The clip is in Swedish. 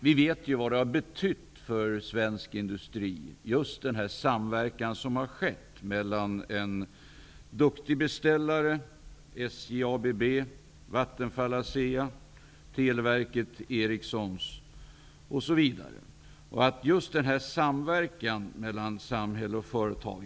Vi vet vad just denna samverkan som har skett mellan en duktig beställare -- SJ, ABB, Vattenfall, Asea, Televerket, Ericsson, osv. -- och samhället har betytt för svensk industri.